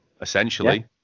essentially